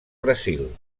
brasil